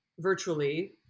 virtually